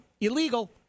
illegal